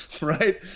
right